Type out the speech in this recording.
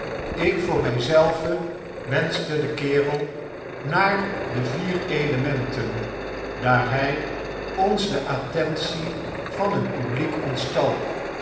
ik voor my zelven wenschte den kerel naar de vier elementen daar hy ons de attentie van het publiek ontstal